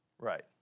Right